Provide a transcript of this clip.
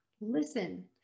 listen